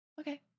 Okay